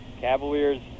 Cavaliers